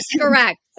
correct